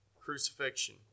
crucifixion